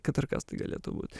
kad ir kas tai galėtų būt